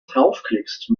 draufklickst